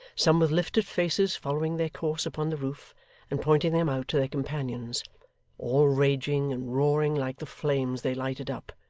some with lifted faces following their course upon the roof and pointing them out to their companions all raging and roaring like the flames they lighted up.